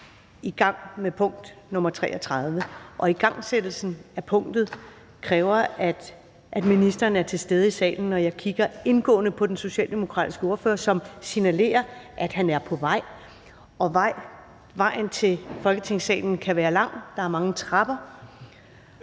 i gang med punkt nr. 33, og igangsættelsen af punktet kræver, at ministeren er til stede i salen, og jeg kigger indgående på den socialdemokratiske ordfører, som signalerer, at han er på vej, og vejen til Folketingssalen kan være lang, for der er mange trapper.